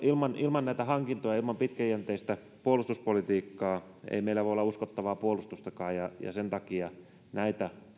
ilman ilman näitä hankintoja ilman pitkäjänteistä puolustuspolitiikkaa ei meillä voi olla uskottavaa puolustustakaan sen takia näitä